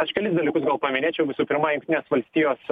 aš kelis dalykus gal paminėčiau visų pirma jungtinės valstijos